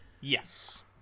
Yes